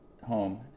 Home